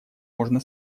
можно